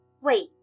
Wait